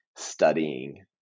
studying